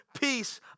peace